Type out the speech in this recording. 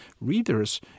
readers